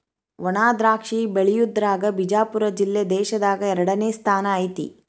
ವಣಾದ್ರಾಕ್ಷಿ ಬೆಳಿಯುದ್ರಾಗ ಬಿಜಾಪುರ ಜಿಲ್ಲೆ ದೇಶದಾಗ ಎರಡನೇ ಸ್ಥಾನ ಐತಿ